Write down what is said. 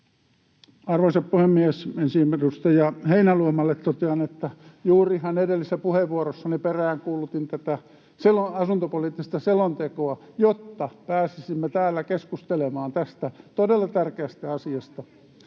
Arvoisa puhemies! Ensin edustaja Heinäluomalle totean, että juurihan edellisessä puheenvuorossani peräänkuulutin tätä asuntopoliittista selontekoa, jotta pääsisimme täällä keskustelemaan tästä todella tärkeästä asiasta.